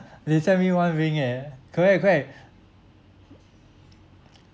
they send me one ring eh correct correct